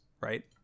right